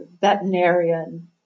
veterinarian